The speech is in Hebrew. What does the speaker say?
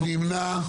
מי נמנע?